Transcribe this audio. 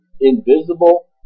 invisible